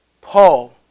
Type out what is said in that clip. Paul